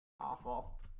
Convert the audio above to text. Awful